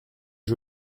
est